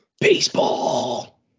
Baseball